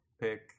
pick